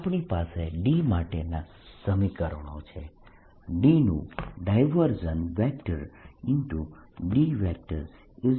આપણી પાસે D માટેના સમીકરણો છે D નું ડાયવર્જન્સ